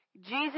Jesus